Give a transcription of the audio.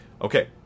Okay